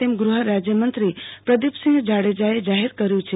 તેમ ગહ રાજયમત્રી પ્રદિપસિંહ જાડજાએ જાહેર કર્યું છે